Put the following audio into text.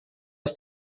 aus